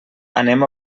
anem